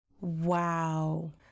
Wow